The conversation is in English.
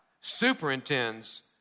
superintends